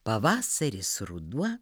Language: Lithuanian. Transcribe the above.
pavasaris ruduo